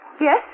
Yes